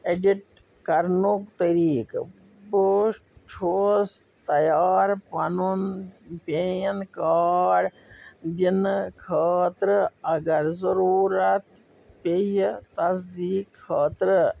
edit کرنُک طریقہٕ بہٕ چھُس تیار پَنُن پین کارڈ دنہٕ خٲطرٕ اگر ضروٗرت پیٚیہِ تصدیٖق خٲطرٕ